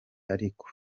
ariko